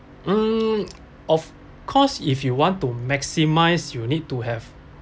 mm of course if you want to maximise you need to have